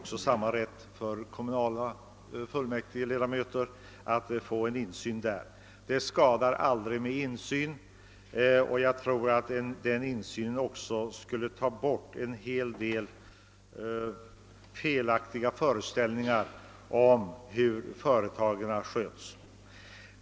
Kommunalfullmäktigeledamöter bör också få rätt till insyn. En sådan skadar aldrig, och jag tror att man därmed skulle kunna få bort en del felaktiga föreställningar om hur företagen sköts.